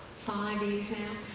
five years now.